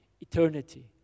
eternity